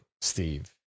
Steve